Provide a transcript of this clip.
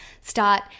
start